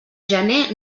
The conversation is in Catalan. gener